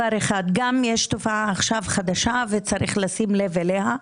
יש עכשיו גם תופעה חדשה וצריך לשים לב אליה,